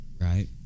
Right